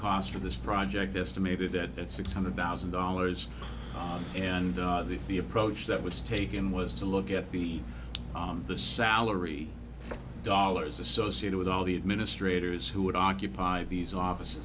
cost of this project estimated that at six hundred thousand dollars and the approach that was taken was to look at the the salary dollars associated with all the administrators who would occupy these offices